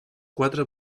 quatre